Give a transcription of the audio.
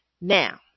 Now